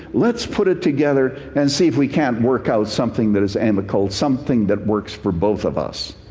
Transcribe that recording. let's put it together and see if we can't work out something that is amicable, something that works for both of us.